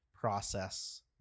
process